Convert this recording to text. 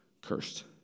cursed